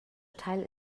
teil